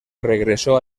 regresó